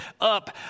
up